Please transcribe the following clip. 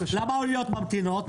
למה אניות ממתינות?